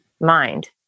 mind